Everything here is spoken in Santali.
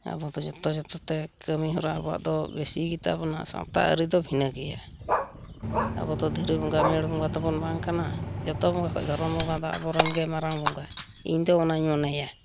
ᱟᱵᱚᱫᱚ ᱡᱚᱛᱚ ᱡᱚᱛᱚᱛᱮ ᱠᱟᱹᱢᱤᱦᱚᱨᱟ ᱟᱵᱚᱣᱟᱜ ᱫᱚ ᱵᱮᱥᱤ ᱜᱮᱛᱟᱵᱚᱱᱟ ᱥᱟᱶᱛᱟ ᱟᱹᱨᱤ ᱫᱚ ᱵᱷᱤᱱᱟᱹ ᱜᱮᱭᱟ ᱟᱵᱚᱫᱚ ᱫᱷᱤᱨᱤ ᱵᱚᱸᱜᱟ ᱢᱮᱲ ᱵᱚᱸᱜᱟ ᱫᱚᱵᱚᱱ ᱵᱟᱝᱠᱟᱱᱟ ᱡᱚᱛᱚ ᱵᱚᱸᱜᱟ ᱠᱷᱚᱡ ᱫᱷᱚᱨᱚᱢ ᱵᱚᱸᱜᱟ ᱫᱚ ᱟᱵᱚᱨᱮᱱ ᱜᱮ ᱢᱟᱨᱟᱝ ᱵᱚᱸᱜᱟ ᱤᱧᱫᱚ ᱚᱱᱟᱧ ᱢᱚᱱᱮᱭᱟ